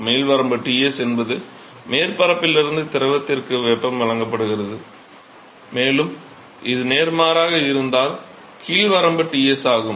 மேல் வரம்பு Ts என்பது மேற்பரப்பிலிருந்து திரவத்திற்கு வெப்பம் வழங்கப்படுகிறது மேலும் இது நேர்மாறாக இருந்தால் கீழ் வரம்பு Ts ஆகும்